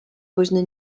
woźny